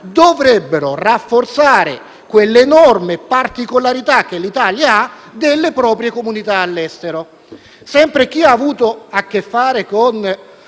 dovrebbero rafforzare l'enorme particolarità dell'Italia, ossia le proprie comunità all'estero. Sempre chi ha avuto a che fare con